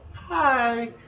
hi